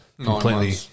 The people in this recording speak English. completely